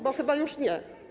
Bo chyba już nie.